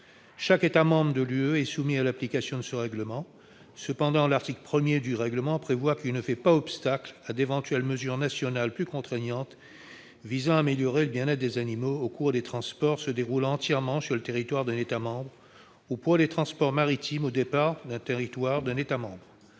Chaque État membre de l'UE est soumis à l'application de ce règlement ; cependant, l'article 1 du règlement prévoit qu'il « ne fait pas obstacle à d'éventuelles mesures nationales plus contraignantes visant à améliorer le bien-être des animaux au cours des transports se déroulant entièrement sur le territoire d'un État membre ou pour les transports maritimes au départ du territoire d'un État membre